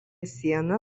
siena